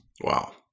Wow